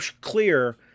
clear